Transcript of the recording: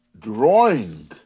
drawing